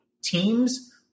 teams